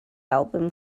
album